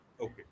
Okay